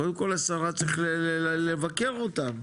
קודם כל השרה, צריך לבקר אותם.